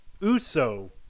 Uso